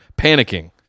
panicking